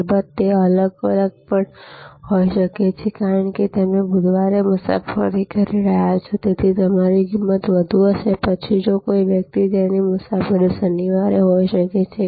અલબત્ત તે અલગ પણ હોઈ શકે છે કારણ કે તમે બુધવારે મુસાફરી કરી રહ્યા છો અને તેથી તમારી કિંમત વધુ હશે પછી કોઈ વ્યક્તિ જેની મુસાફરી શનિવારે હોઈ શકે છે